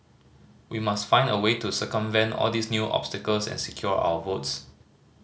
we must find a way to circumvent all these new obstacles and secure our votes